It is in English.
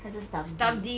它是 stuff'd